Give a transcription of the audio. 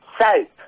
soap